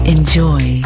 Enjoy